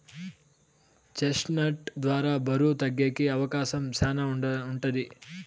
chest నట్ ద్వారా బరువు తగ్గేకి అవకాశం శ్యానా ఉంటది